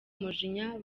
umujinya